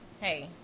hey